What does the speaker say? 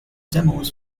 demos